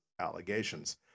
allegations